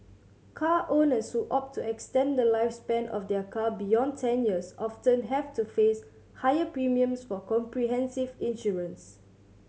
car owners who opt to extend the lifespan of their car beyond ten years often have to face higher premiums for comprehensive insurance